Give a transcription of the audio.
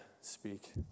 speak